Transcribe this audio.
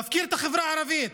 מפקיר את החברה הערבית.